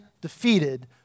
defeated